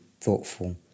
thoughtful